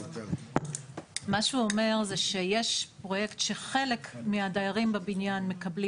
מה שהוא אומר זה שיש פרויקט שחלק מהדיירים בבניין מקבלים